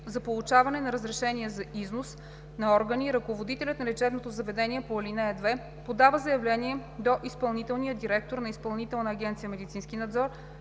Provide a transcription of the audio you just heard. За получаване на разрешение за износ на органи ръководителят на лечебното заведение по ал. 2 подава заявление до изпълнителния директор на Изпълнителна агенция „Медицински надзор“